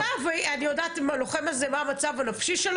אבל סליחה, אני יודעת מה המצב הנפשי של הלוחם הזה?